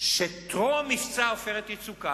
שטרום מבצע "עופרת יצוקה"